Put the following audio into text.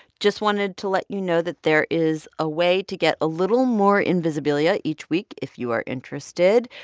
just wanted to let you know that there is a way to get a little more invisibilia each week if you are interested.